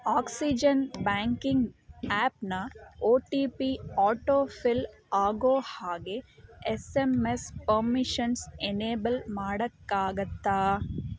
oxygen banking ಆ್ಯಪ್ನ O T P autofill ಆಗೋ ಹಾಗೆ S M S permissions enable ಮಾಡೋಕ್ಕಾಗತ್ತಾ